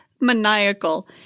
maniacal